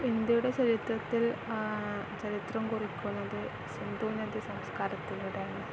ഇന്ത്യയുടെ ചരിത്രത്തിൽ ചരിത്രം കുറിക്കുന്നത് സിന്ധുനദീ സംസ്കാരത്തിലൂടെയാണ്